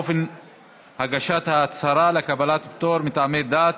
אופן הגשת ההצהרה לקבלת פטור מטעמי דת),